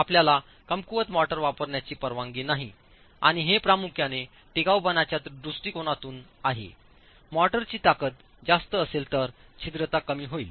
आपल्याला कमकुवत मोर्टार वापरण्याची परवानगी नाही आणि हे प्रामुख्याने टिकाऊपणाच्या दृष्टिकोनातून आहेमोर्टार ची ताकद जास्त असेल तर छिद्रता कमी होईल